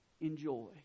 enjoy